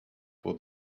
for